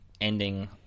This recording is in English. Ending